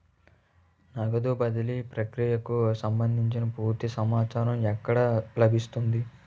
నగదు బదిలీ ప్రక్రియకు సంభందించి పూర్తి సమాచారం ఎక్కడ లభిస్తుంది?